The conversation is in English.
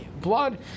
blood